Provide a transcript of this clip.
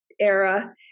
era